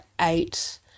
eight